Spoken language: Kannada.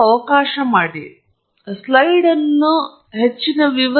ಈ ಸಂದರ್ಭದಲ್ಲಿ ಉದಾಹರಣೆಗೆ ಇದು ಐವತ್ತು ನಿಮಿಷಗಳ ಚರ್ಚೆ ನಾವು ಸುಮಾರು ಮೂವತ್ತೈದು ಸ್ಲೈಡ್ಗಳನ್ನು ಹೊಂದಿದ್ದೇವೆ